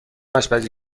آشپزی